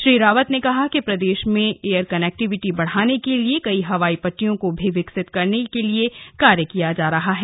श्री रावत ने कहा कि प्रदेश में एअर कनेक्टिविटी बढ़ाने के लिए कई हवाई पट्टियों को भी विकसित करने के लिए कार्य किया जा रहा है